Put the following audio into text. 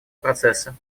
процесса